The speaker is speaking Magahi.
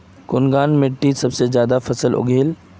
कुनखान मिट्टी सबसे ज्यादा फसल उगहिल?